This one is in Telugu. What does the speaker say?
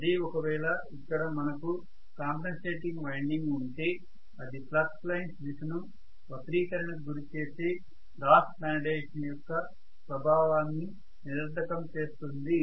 అదే ఒకవేళ ఇక్కడ మనకు కాంపెన్సేటింగ్ వైండింగ్ ఉంటే అది ఫ్లక్స్ లైన్స్ దిశను వక్రీకరణకు గురి చేసే క్రాస్ మాగ్నెటైజెషన్ యొక్క ప్రభావాన్ని నిరర్థకం చేస్తుంది